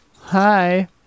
Hi